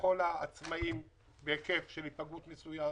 ולכל העצמאים בהיקף של היפגעות מסוימת